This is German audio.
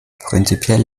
prinzipiell